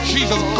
Jesus